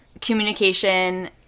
Communication